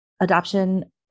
Adoption